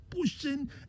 pushing